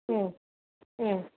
ம் ம்